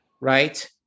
right